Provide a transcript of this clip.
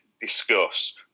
discuss